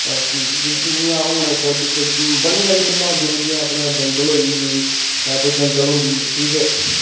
इ'यां हून इस बारी पिछले बड़ियां सारियां फिल्मां आंदियां रौंह्दियां अपना दंगल होई अपना दंगल होंदी ठीक ऐ